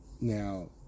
Now